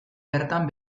bertan